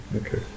Okay